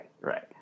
right